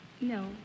No